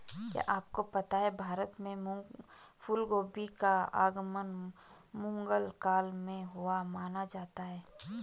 क्या आपको पता है भारत में फूलगोभी का आगमन मुगल काल में हुआ माना जाता है?